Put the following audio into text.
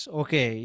okay